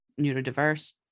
neurodiverse